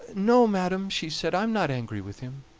no, madam, she said i am not angry with him.